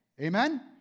Amen